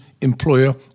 employer